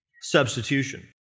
Substitution